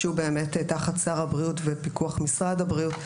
שהוא תחת שר הבריאות ופיקוח משרד הבריאות,